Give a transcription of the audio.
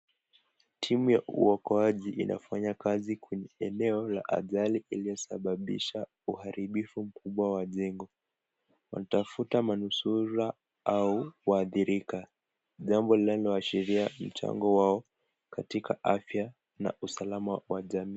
Timu ya uokoaji inafanya kazi kwenye eneo la ajali iliyosababisha uharibifu mkubwa wa jengo, wanatafuta manusura au waathirika, jambo linaloashiria mchango wao katika afya na usalama wa jamii.